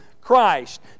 Christ